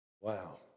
Wow